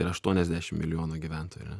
yra aštuoniasdešim milijonų gyventojų